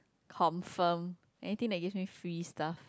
confirm anything that gives me free stuff